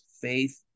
faith